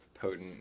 potent